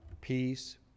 peace